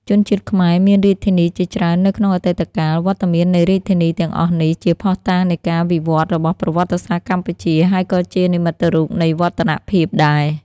ជនជាតិខ្មែរមានរាជធានីជាច្រើននៅក្នុងអតីតកាល វត្តមាននៃរាជធានី ទាំងអស់នេះ ជាភស្តុតាងនៃការវិវឌ្ឍន៍របស់ប្រវត្តិសាស្ត្រកម្ពុជា ហើយក៏ជានិមិត្តរូប នៃវឌ្ឍនភាពដែរ ។